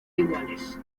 iguales